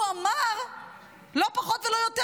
לא פחות ולא יותר,